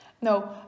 no